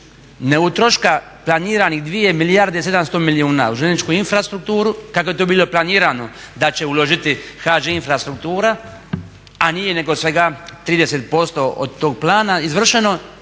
ne utroška planiranih 2 milijarde 700 milijuna u željezničku infrastrukturu kako je to bilo planirano da će uložiti HŽ infrastruktura a nije nego svega 30% od tog plana izvršeno,